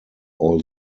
all